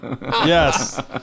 Yes